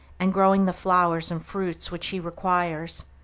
and growing the flowers and fruits which he requires,